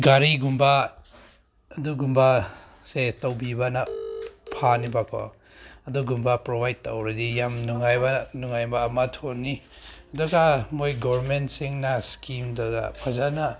ꯒꯥꯔꯤꯒꯨꯝꯕ ꯑꯗꯨꯒꯨꯝꯕꯁꯦ ꯇꯧꯕꯤꯕꯅ ꯐꯅꯤꯕꯀꯣ ꯑꯗꯨꯒꯨꯝꯕ ꯄ꯭ꯔꯣꯚꯥꯏꯠ ꯇꯧꯔꯗꯤ ꯌꯥꯝ ꯅꯨꯡꯉꯥꯏꯕ ꯅꯨꯡꯉꯥꯏꯕ ꯑꯃ ꯊꯨꯅꯤ ꯑꯗꯨꯒ ꯃꯣꯏ ꯒꯣꯔꯃꯦꯟꯁꯤꯡꯅ ꯏꯁꯀꯤꯝꯗꯨꯗ ꯐꯖꯅ